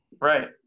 Right